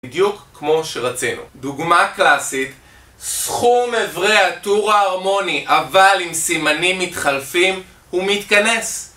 בדיוק כמו שרצינו. דוגמה קלאסית, סכום אברי הטור ההרמוני, אבל עם סימנים מתחלפים, הוא מתכנס.